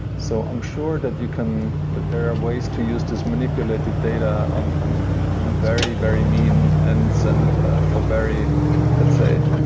so i'm sure that you can that there are ways to use this manipulated data on on very, very mean ends and for very let's say,